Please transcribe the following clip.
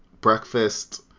breakfast